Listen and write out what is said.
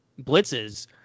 blitzes